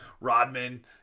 Rodman